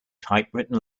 typewritten